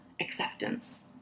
acceptance